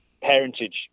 parentage